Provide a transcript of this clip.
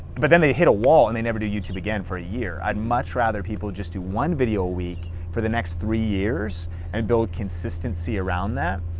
but then they hit a wall and they never do youtube again for a year. i'd much rather people just do one video a week for the next three years and build consistency around that.